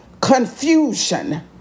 confusion